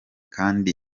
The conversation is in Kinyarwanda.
kandi